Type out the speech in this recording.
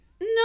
no